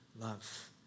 love